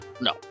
No